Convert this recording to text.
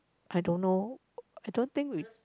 I don't know I don't think we